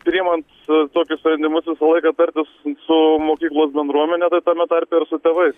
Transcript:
priimant tokius sprendimus visą laiką tartis su mokyklos bendruomene tai tame tarpe ir su tėvais